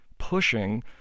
pushing